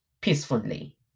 peacefully